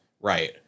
Right